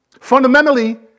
Fundamentally